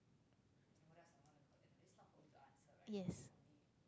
yes